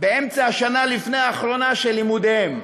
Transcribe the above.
מאמצע השנה הלפני-אחרונה של לימודיהם,